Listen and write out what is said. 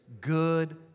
good